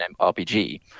RPG